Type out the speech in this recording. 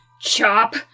Chop